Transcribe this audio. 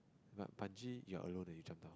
but Bungee you're alone eh when you jump down